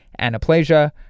anaplasia